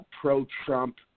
pro-Trump